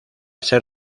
ser